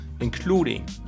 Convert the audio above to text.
including